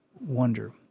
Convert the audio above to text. wonder